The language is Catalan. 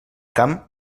camp